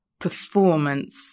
performance